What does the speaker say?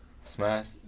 Smash